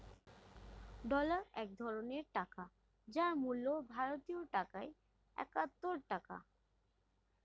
dollar এক ধরনের টাকা যার মূল্য ভারতীয় টাকায় একাত্তর টাকা